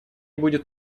будет